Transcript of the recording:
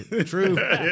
True